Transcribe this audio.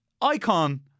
icon